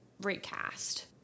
recast